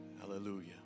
hallelujah